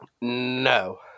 No